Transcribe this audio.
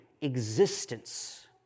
existence